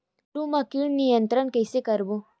आलू मा कीट नियंत्रण कइसे करबो?